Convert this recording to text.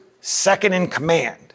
second-in-command